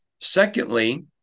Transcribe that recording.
Secondly